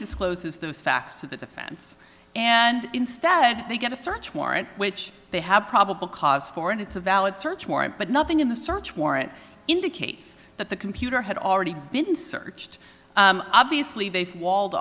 discloses those facts to the defense and instead they get a search warrant which they have probable cause for and it's a valid search warrant but nothing in the search warrant indicates that the computer had already been searched obviously they've walled